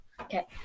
Okay